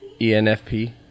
ENFP